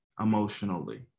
emotionally